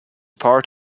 part